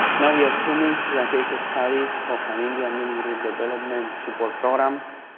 now we are turning to our case study of an indian mediated development super program.